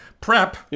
PrEP